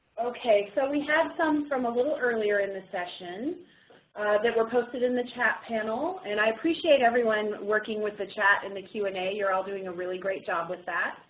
okay. so we have some from a little earlier in the session that were posted in the chat panel, and i appreciate everyone working with the chat in the q and a. you're all doing a really great job with that.